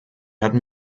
hatten